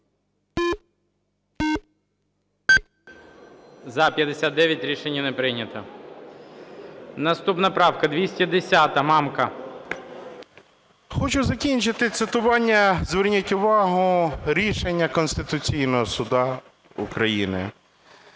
За-59 Рішення не прийнято. Наступна правка 210, Мамка. 12:48:24 МАМКА Г.М. Хочу закінчити цитування, зверніть увагу, рішення Конституційного Суду України